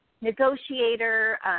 negotiator